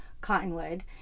Cottonwood